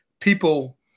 people